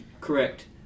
Correct